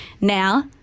now